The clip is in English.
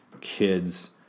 kids